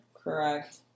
Correct